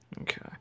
Okay